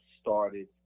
started